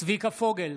צביקה פוגל,